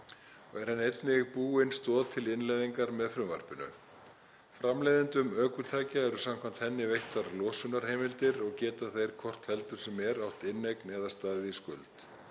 og er henni einnig búin stoð til innleiðingar með frumvarpinu. Framleiðendum ökutækja eru samkvæmt henni veittar losunarheimildir og geta þeir hvort heldur sem er átt inneign eða staðið í skuld.